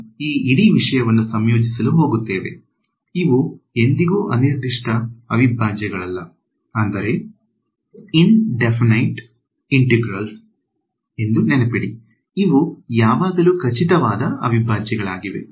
ನಾನು ಈ ಇಡೀ ವಿಷಯವನ್ನು ಸಂಯೋಜಿಸಲು ಹೋಗುತ್ತೇನೆ ಇವು ಎಂದಿಗೂ ಅನಿರ್ದಿಷ್ಟ ಅವಿಭಾಜ್ಯಗಳಲ್ಲ ಎಂದು ನೆನಪಿಡಿ ಇವು ಯಾವಾಗಲೂ ಖಚಿತವಾದ ಅವಿಭಾಜ್ಯಗಳಾಗಿವೆ